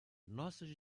nossas